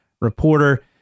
reporter